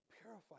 Purify